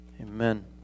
Amen